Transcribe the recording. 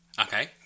Okay